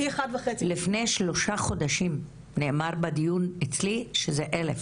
לפני שלושה חודשים נאמר בדיון אצלי פה שזה עומד על כ-1,000 משרות.